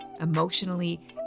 emotionally